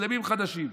מוסלמים חדשים,